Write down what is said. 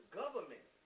government